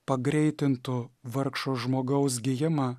pagreitintų vargšo žmogaus gijimą